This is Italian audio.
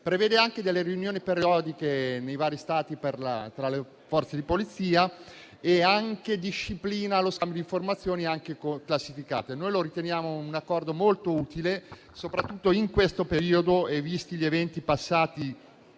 Prevede anche delle riunioni periodiche nei vari Stati, tra le forze di polizia, e disciplina lo scambio di informazioni, anche classificate. Lo riteniamo un Accordo molto utile, soprattutto in questo periodo e, visti i recenti eventi